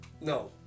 No